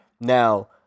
now